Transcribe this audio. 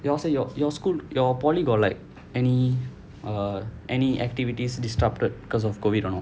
you all say your your school your polytechnic got like any err any activities disrupted because of COVID or not